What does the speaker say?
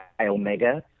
iOmega